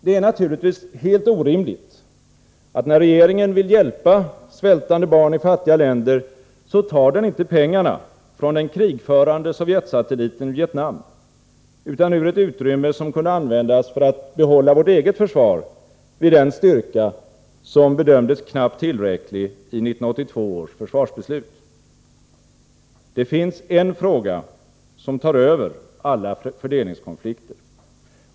Det är naturligtvis helt orimligt att när regeringen vill hjälpa svältande barn i fattiga länder, så tar den inte pengarna från den krigförande Sovjetsatelliten Vietnam utan ur ett utrymme som kunde användas för att behålla vårt eget försvar vid den styrka som bedömdes knappt tillräcklig i 1982 års försvarsbeslut. Det finns en fråga som tar över alla fördelningskonflikter.